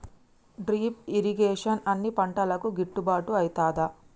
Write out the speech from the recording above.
Drip irrigation అన్ని పంటలకు గిట్టుబాటు ఐతదా?